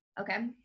Okay